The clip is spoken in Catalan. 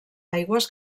aigües